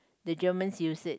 the Germans use it